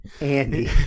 Andy